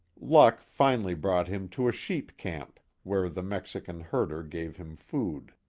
luck finally brought him to a sheep camp, where the mexican herder gave him food.